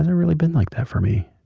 and really been like that for me.